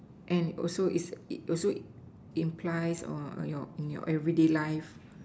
and also it it also implies on your on your everyday life